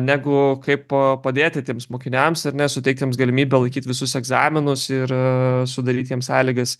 negu kaip padėti tiems mokiniams ar ne suteikt jiems galimybę laikyt visus egzaminus ir sudaryt jiems sąlygas